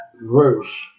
verse